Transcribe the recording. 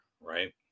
Right